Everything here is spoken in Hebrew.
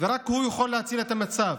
רק הוא יכול להציל את המצב.